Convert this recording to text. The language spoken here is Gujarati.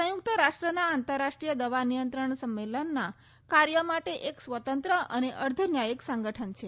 સંયુક્ત રાષ્ટ્રના આંતરરાષ્ટ્રીય દવા નિયંત્રણ સંમેલનના કાર્ય માટે એક સ્વતંત્ર અને અર્ધન્યાયિક સંગઠન છે